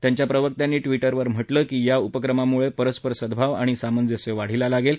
त्यांच्या प्रवक्त्यांनी ट्विटरवर म्हटलंय की या उपक्रमामुळे परस्पर सड्राव आणि सामंजस्य वाढीला लागेल